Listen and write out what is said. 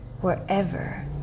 wherever